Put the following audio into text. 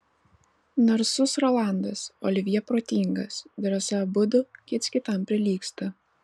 narsus rolandas olivjė protingas drąsa abudu kits kitam prilygsta